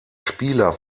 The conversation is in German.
spieler